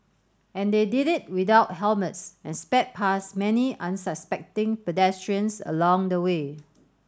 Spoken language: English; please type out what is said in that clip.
and they did it without helmets and sped past many unsuspecting pedestrians along the way